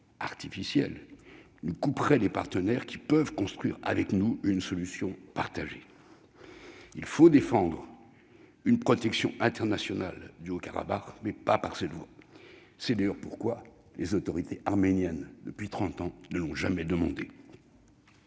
artificielle nous couperait immédiatement des partenaires qui peuvent construire avec nous une solution partagée. Il faut défendre une protection internationale du Haut-Karabagh, mais pas par cette voie. C'est d'ailleurs la raison pour laquelle les autorités arméniennes ne l'ont jamais demandée